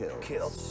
Kill